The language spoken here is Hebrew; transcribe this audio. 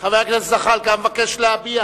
חבר הכנסת זחאלקה, מבקש להביע